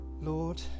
Lord